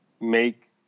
Make